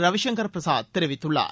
ரவிசங்கள் பிரசாத் தெரிவித்துள்ளார்